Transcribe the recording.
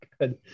good